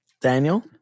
Daniel